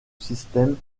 système